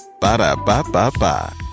Ba-da-ba-ba-ba